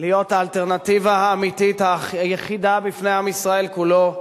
להיות האלטרנטיבה האמיתית היחידה בפני עם ישראל כולו.